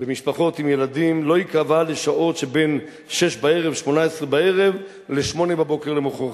במשפחות עם ילדים לא ייקבע לשעות שבין 18:00 ל-08:00 שלמחרת,